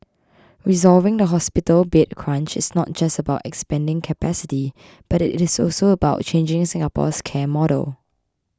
resolving the hospital bed crunch is not just about expanding capacity but it is also about changing Singapore's care model